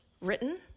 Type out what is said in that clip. written